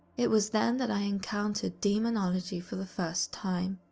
it was then that i encountered demonology for the first time.